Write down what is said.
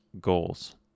goals